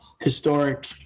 historic